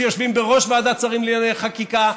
שיושבים בראש ועדת שרים לענייני חקיקה,